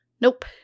Nope